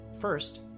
First